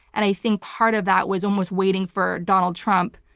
and i think part of that was almost waiting for donald trump,